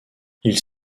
ils